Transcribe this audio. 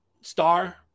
star